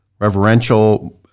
reverential